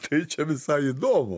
tai čia visai įdomu